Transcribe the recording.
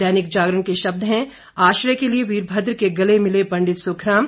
दैनिक जागरण के शब्द हैं आश्रय के लिए वीरभद्र के गले मिले पंडित सुखराम